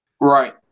Right